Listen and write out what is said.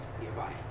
nearby